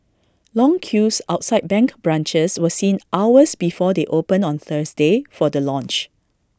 long queues outside bank branches were seen hours before they opened on Thursday for the launch